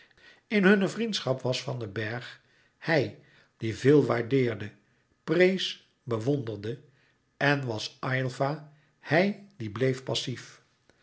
in hunne vriendschap was den bergh hij die veel waardeerde prees bewonderde en was aylva hij die bleef passief